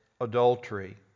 adultery